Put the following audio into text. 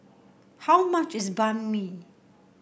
how much is Banh Mi